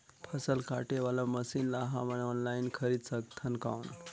फसल काटे वाला मशीन ला हमन ऑनलाइन खरीद सकथन कौन?